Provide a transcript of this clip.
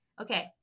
okay